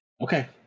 okay